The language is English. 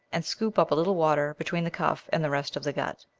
and scoop up a little water between the cuff and the rest of the gut.